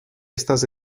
estas